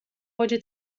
باجه